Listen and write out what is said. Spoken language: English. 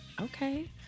Okay